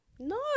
No